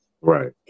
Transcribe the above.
Right